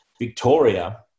Victoria